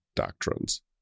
doctrines